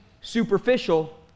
superficial